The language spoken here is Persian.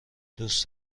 دوست